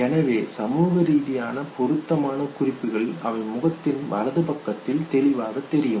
எனவே சமூக ரீதியாக பொருத்தமான குறிப்புகள் அவை முகத்தின் வலது பக்கத்தில் தெளிவாகத் தெரியும்